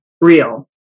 real